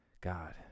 God